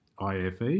IFE